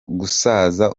gusaza